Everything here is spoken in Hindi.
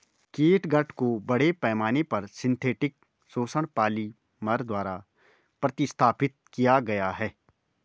कैटगट को बड़े पैमाने पर सिंथेटिक शोषक पॉलिमर द्वारा प्रतिस्थापित किया गया है